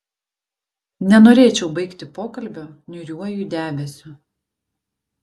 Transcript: nenorėčiau baigti pokalbio niūriuoju debesiu